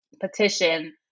petition